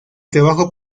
trabajo